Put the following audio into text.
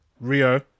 Rio